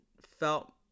felt